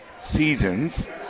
seasons